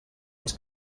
els